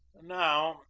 now,